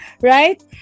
right